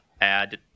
add